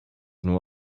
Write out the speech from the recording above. nur